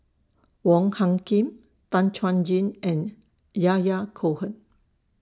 Wong Hung Khim Tan Chuan Jin and Yahya Cohen